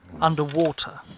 underwater